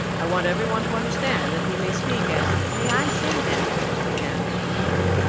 i want everyone to understand that he may speak as may i say then began mr. newberry.